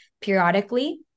periodically